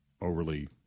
overly